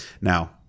Now